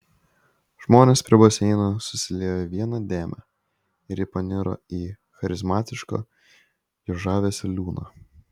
žmonės prie baseino susiliejo į vieną dėmę ir ji paniro į charizmatiško jo žavesio liūną